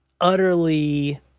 utterly